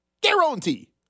guarantee